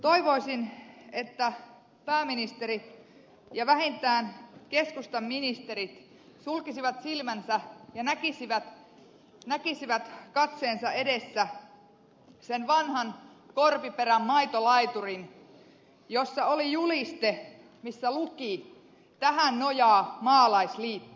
toivoisin että pääministeri ja vähintään keskustan ministerit sulkisivat silmänsä ja näkisivät katseensa edessä sen vanhan korpiperän maitolaiturin jossa oli juliste missä luki tähän nojaa maalaisliitto